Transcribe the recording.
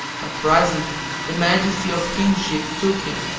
but presently the majesty of kingship took him,